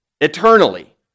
Eternally